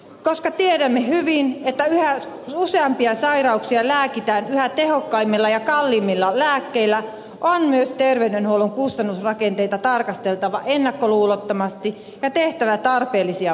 koska tiedämme hyvin että yhä useampia sairauksia lääkitään yhä tehokkaammilla ja kalliimmilla lääkkeillä on myös terveydenhuollon kustannusrakenteita tarkasteltava ennakkoluulottomasti ja tehtävä tarpeellisia muutoksia